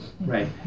right